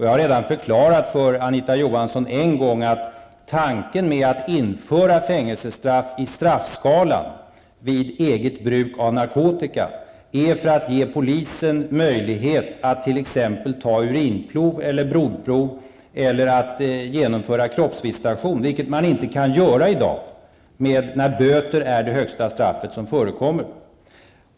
Jag har redan en gång förklarat för Anita Johansson att tanken är att införa fängelsestraff i straffskalan vid eget bruk av narkotika -- för att ge polisen möjlighet att t.ex. ta urinprov eller blodprov eller genomföra kroppsvisitation, vilket man inte kan göra i dag, när böter är det högsta straff som förekommer.